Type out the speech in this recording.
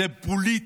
זה פוליטי,